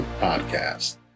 podcast